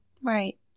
Right